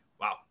wow